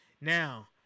Now